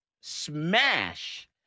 smash